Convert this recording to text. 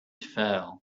fell